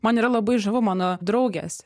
man yra labai žavu mano draugės